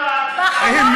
העתיקה?